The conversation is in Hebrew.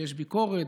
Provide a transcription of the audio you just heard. יש ביקורת,